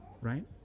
Right